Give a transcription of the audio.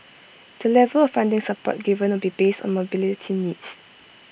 the level of funding support given will be based on mobility needs